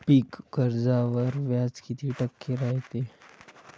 पीक कर्जावर व्याज किती टक्के रायते?